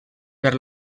per